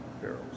barrels